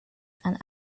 and